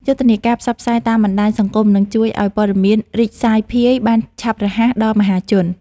យុទ្ធនាការផ្សព្វផ្សាយតាមបណ្ដាញសង្គមនឹងជួយឱ្យព័ត៌មានរីកសាយភាយបានឆាប់រហ័សដល់មហាជន។